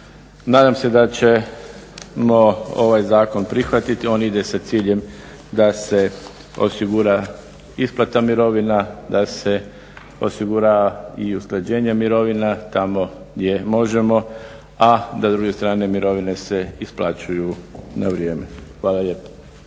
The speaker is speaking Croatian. Nadam se da ćemo ovaj zakon prihvatiti, on ide sa ciljem da se osigura isplata mirovina, da se osigura i usklađenje mirovina tamo gdje možemo, a da s druge strane mirovine se isplaćuju na vrijeme. Hvala lijepo.